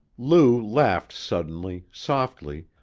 lou laughed suddenly, softly,